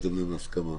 וכו'.